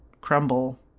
crumble